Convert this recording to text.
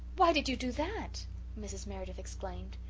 why did you do that mrs. meredith exclaimed.